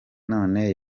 none